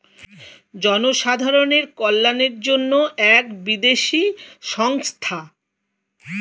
জনসাধারণের কল্যাণের জন্য এক বিদেশি সংস্থা